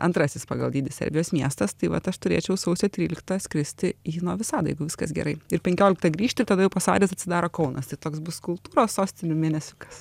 antrasis pagal dydį serbijos miestas tai vat aš turėčiau sausio tryliktą skristi į novisadą jeigu viskas gerai ir penkioliktą grįžti ir tada jau po savaitės atsidaro kaunas tai toks bus kultūros sostinių mėnesiukas